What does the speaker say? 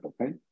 okay